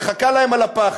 הם מחכים לה על הפח.